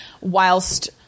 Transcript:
whilst